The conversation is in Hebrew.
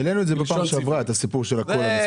העלינו בפעם שעברה את הסיפור של כל המסמכים.